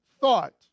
thought